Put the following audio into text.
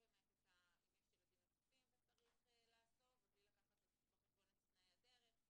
באמת אם יש ילדים נוספים וצריך לאסוף ובלי לקחת בחשבון את תנאי הדרך.